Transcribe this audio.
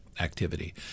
activity